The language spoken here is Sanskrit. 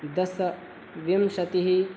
दश विंशतिः